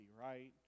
right